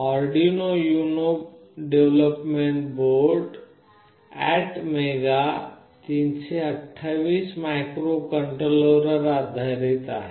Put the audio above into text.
Arduino Uno development board ATmega 328 मायक्रोकंट्रोलरवर आधारित आहे